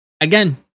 again